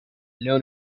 known